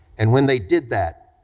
and when they did that,